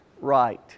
right